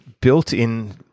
built-in